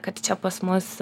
kad čia pas mus